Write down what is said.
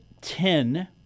Ten